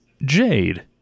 Jade